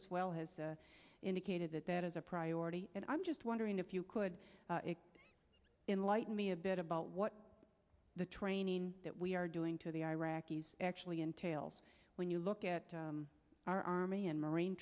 as well has indicated that that is a priority and i'm just wondering if you could enlighten me a bit about what the training that we are doing to the iraqis actually entails when you look at our army and marine